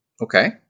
Okay